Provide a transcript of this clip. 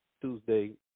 Tuesday